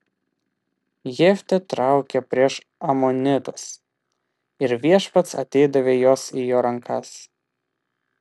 jeftė traukė prieš amonitus ir viešpats atidavė juos į jo rankas